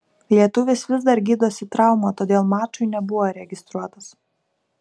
lietuvis vis dar gydosi traumą todėl mačui nebuvo registruotas